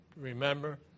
remember